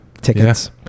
tickets